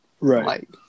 right